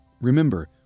remember